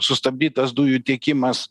sustabdytas dujų tiekimas